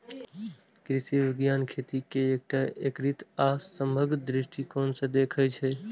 कृषि विज्ञान खेती कें एकटा एकीकृत आ समग्र दृष्टिकोण सं देखै छै